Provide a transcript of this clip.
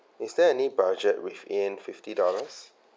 is there any budget within fifty dollars